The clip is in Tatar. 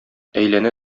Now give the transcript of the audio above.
әйләнә